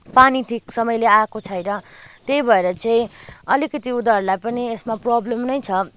पानी ठिक समयले आएको छैन त्यही भएर चाहिँ अलिकति उनीहरूलाई पनि यसमा प्रब्लम नै छ